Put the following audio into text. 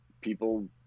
people